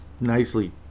nicely